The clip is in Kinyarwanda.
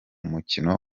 mukino